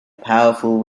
powerful